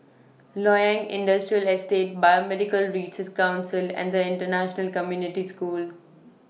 Loyang Industrial Estate Biomedical Research Council and International Community School